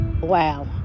wow